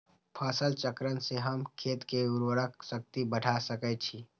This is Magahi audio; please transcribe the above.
फसल चक्रण से हम खेत के उर्वरक शक्ति बढ़ा सकैछि?